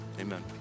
amen